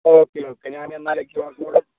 ആ okay okay ഞാനെന്നാൽ അയക്കുവാണ് ക്യൂ ആർ കോഡ്